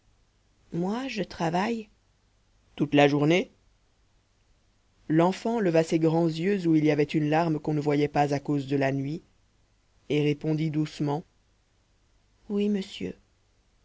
moi je travaille toute la journée l'enfant leva ses grands yeux où il y avait une larme qu'on ne voyait pas à cause de la nuit et répondit doucement oui monsieur